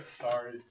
Sorry